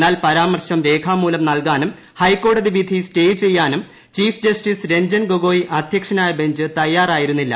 എന്നാൽ പരാമർശം രേഖാമൂലം നൽകാനും ഹൈക്കോടതി വിധി സ്റ്റേ ചെയ്യാനും ചീഫ് ജസ്റ്റിസ് രഞ്ജൻ ഗോഗോയ് അധ്യക്ഷനായ ബഞ്ച് തയ്യാറായിരുന്നില്ല